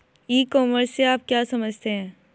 ई commerce से आप क्या समझते हैं?